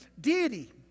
deity